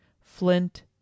Flint